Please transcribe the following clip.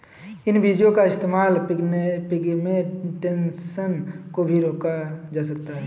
इन बीजो का इस्तेमाल पिग्मेंटेशन को भी रोका जा सकता है